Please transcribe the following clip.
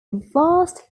vast